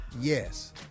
yes